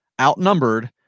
outnumbered